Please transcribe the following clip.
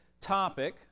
topic